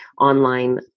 online